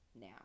now